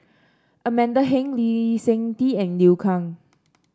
Amanda Heng Lee Seng Tee and Liu Kang